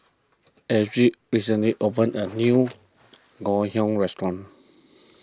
Alexys recently opened a new Ngoh Hiang restaurant